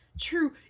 True